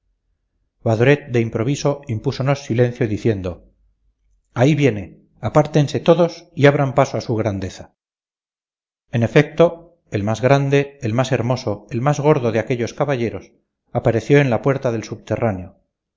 de improviso impúsonos silencio diciendo ahí viene apártense todos y abran paso a su grandeza en efecto el más grande el más hermoso el más gordo de aquellos caballeros apareció en la puerta del subterráneo